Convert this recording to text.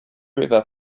river